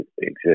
exist